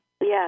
Yes